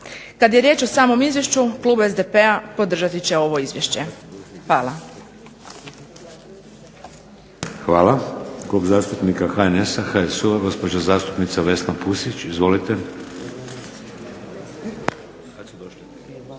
Kad je riječ o samom izvješću klub SDP-a podržati će ovo izvješće. Hvala. **Šeks, Vladimir (HDZ)** Hvala. Klub zastupnika HNS-HSU-a, gospođa zastupnica Vesna Pusić. Izvolite.